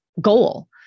goal